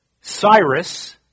Cyrus